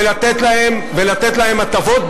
ולתת להם הטבות,